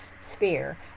sphere